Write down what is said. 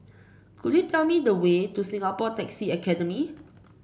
could you tell me the way to Singapore Taxi Academy